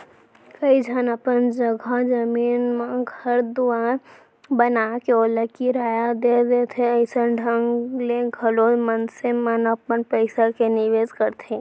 कइ झन अपन जघा जमीन म घर दुवार बनाके ओला किराया दे देथे अइसन ढंग ले घलौ मनसे मन अपन पइसा के निवेस करथे